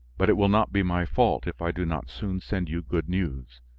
but it will not be my fault if i do not soon send you good news.